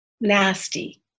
nasty